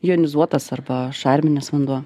jonizuotas arba šarminis vanduo